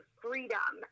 freedom